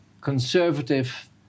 conservative